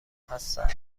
هستند